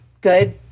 good